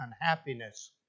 unhappiness